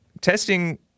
testing